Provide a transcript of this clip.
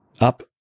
up